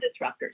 disruptors